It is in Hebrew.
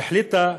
החליטה